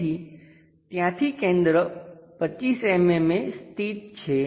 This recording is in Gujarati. તેથી ત્યાંથી કેન્દ્ર 25 mm એ સ્થિત છે